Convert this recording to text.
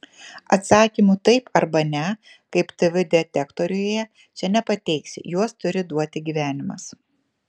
atsakymų taip arba ne kaip tv detektoriuje čia nepateiksi juos turi duoti gyvenimas